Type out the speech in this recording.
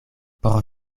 por